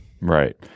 Right